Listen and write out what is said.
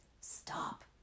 Stop